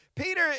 Peter